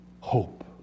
hope